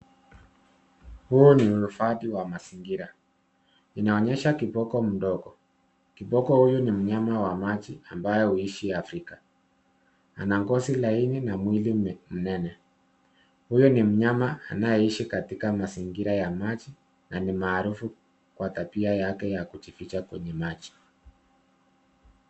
Huu ni uhifadhi wa mazingira. Inaonyesha kiboko mdogo, kiboko huyu ni mnyama wa maji ambayo huishi Afrika. Ana ngozi laini na mwili mnene. Huyu ni mnyama anayeishi katika mazingira ya maji na ni maarufu kwa tabia yake ya kujificha kwenye maji.